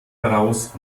heraus